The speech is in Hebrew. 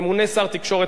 גם אתה היית שר התקשורת,